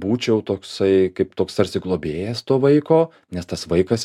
būčiau toksai kaip toks tarsi globėjas to vaiko nes tas vaikas